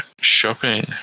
shopping